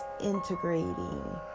integrating